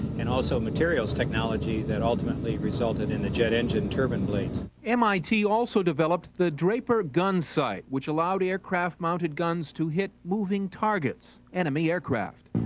and also materials technology that ultimately resulted in the jet engine turbine blades. mit also developed the draper gun sight, which allowed aircraft-mounted guns to hit moving targets, enemy aircraft.